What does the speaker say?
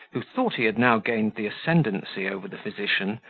who thought he had now gained the ascendency over the physician,